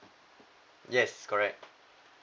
yes correct